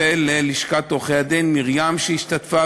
וללשכת עורכי-הדין, מרים שהשתתפה.